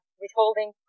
withholding